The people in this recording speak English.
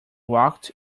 walked